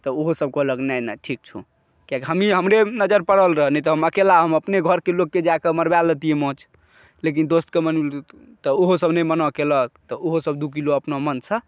तऽ ओहो सब कहलक नहि नहि ठीक छौ कियाकि हमही हमरे नजर पड़ल रहऽ नहि तऽ हम अकेला हम अपने घरके लोकके जाय कऽ मरबाय लैतियै माछ लेकिन दोस्त कऽ तऽ ओहो सब नहि मना केलक तऽ ओहो सब दू किलो अपना मनसँ